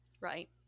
Right